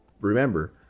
remember